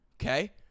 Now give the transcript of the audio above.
okay